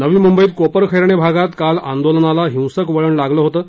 नवी मुंबईत कोपरखैरणे भागात काल आंदोलनाला हिंसक वळण लागलं होतं